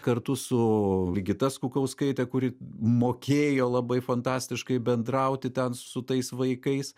kartu su ligita skukauskaite kuri mokėjo labai fantastiškai bendrauti ten su tais vaikais